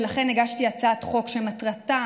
ולכן הגשתי הצעת חוק שמטרתה